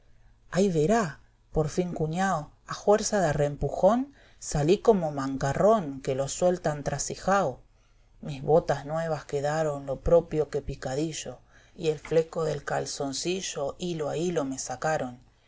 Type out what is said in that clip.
ahí verá por fin cuñao a juerza de arrempiijón salí como mancarrón que lo sueltan trasi iao mis botas nuevas quedaron lo propio que picadillo y el fleco del calzoncillo hilo a hilo me sacaron y